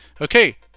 Okay